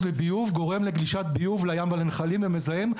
לביוב גורם לגלישת ביוב לים ולנחלים ומזהם,